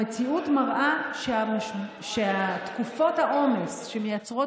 המציאות מראה שתקופות העומס שמייצרות